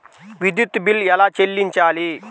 విద్యుత్ బిల్ ఎలా చెల్లించాలి?